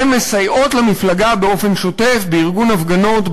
הן מסייעות למפלגה באופן שוטף בארגון הפגנות,